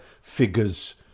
figures